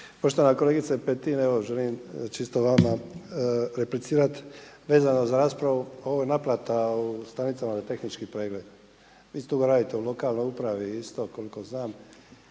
Poštovana kolegice Petin, evo želim čisto vama replicirati vezano za raspravu ovih naplata u stanicama za tehnički pregled. Vi isto radite u lokalnoj upravi koliko znam.